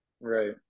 Right